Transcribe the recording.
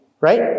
right